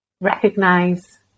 recognize